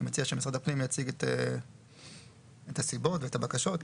אני מציע שמשרד הפנים יציג את הסיבות ואת הבקשות.